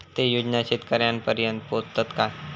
ते योजना शेतकऱ्यानपर्यंत पोचतत काय?